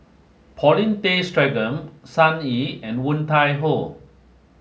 Paulin Tay Straughan Sun Yee and Woon Tai Ho